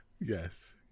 yes